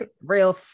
Real